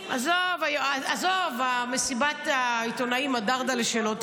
עזוב, מסיבת העיתונאים הדרד'לה שלו.